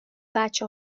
بچه